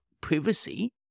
privacy